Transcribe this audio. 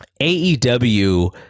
AEW